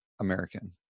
american